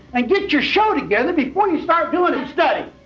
and get your show together before you start doin' a study!